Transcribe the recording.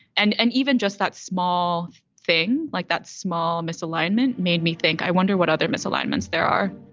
and and even just that small thing like that small misalignment made me think, i wonder what other misalignments there are